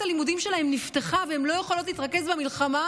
הלימודים שלהן נפתחה והן לא יכולות להתרכז במלחמה,